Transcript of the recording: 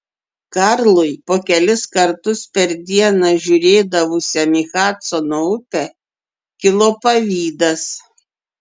karlui po kelis kartus per dieną žiūrėdavusiam į hadsono upę kilo pavydas